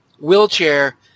wheelchair